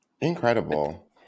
incredible